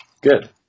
Good